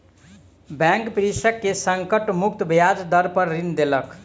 bank कृषक के संकट मुक्त ब्याज दर पर ऋण देलक